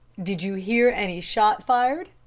did you hear any shot fired?